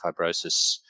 fibrosis